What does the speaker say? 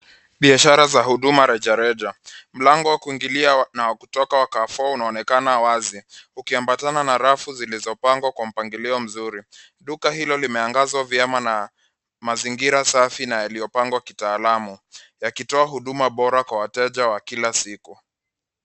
Biashara za huduma rejareja. Mlango wa kuingilia na wa kutoka wa Carrefour unaonekana wazi ukiambatana na rafu zilizopangwa kwa mpangilio mzuri. Duka hilo limeangazwa vyema na mazingira safi na yaliyopangwa kitaalamu yakitoa huduma bora kwa wateja wa kila siku.